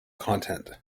content